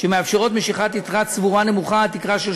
שמאפשרות משיכת יתרה צבורה נמוכה עד תקרה של